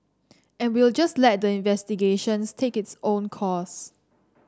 and we'll just let the investigations take its own course